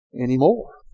anymore